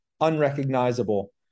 unrecognizable